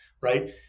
right